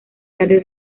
tarde